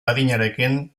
adinarekin